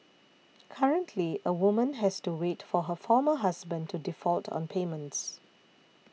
currently a woman has to wait for her former husband to default on payments